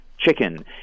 chicken